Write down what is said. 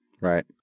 right